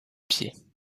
pied